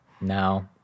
No